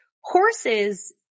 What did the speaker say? horses